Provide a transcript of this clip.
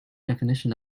definition